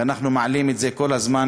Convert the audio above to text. ואנחנו מעלים את זה כל הזמן,